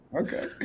Okay